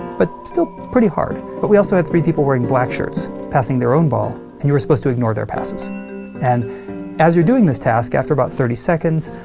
but still pretty hard. but we also have three people wearing black shirts passing their own ball, and you were supposed to ignore their passes and as you're doing this task, after about thirty seconds,